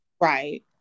right